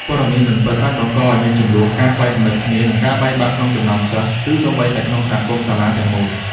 ព័ត៌មានមិនពិតអាចបង្កឲ្យមានជម្លោះ ការខ្វែងគំនិតគ្នា និងការបែកបាក់ក្នុងចំណោមសិស្ស ឬសូម្បីតែក្នុងសហគមន៍សាលាទាំងមូល។